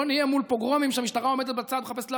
שלא נהיה מול פוגרומים כשהמשטרה עומדת בצד ומחפשת להרגיע,